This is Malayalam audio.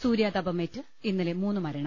സൂര്യാതപമേറ്റ് ഇന്നലെ മൂന്ന് മര ണം